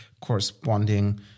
corresponding